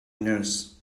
nurse